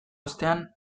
ostean